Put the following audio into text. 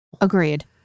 Agreed